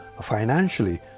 financially